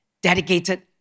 Dedicated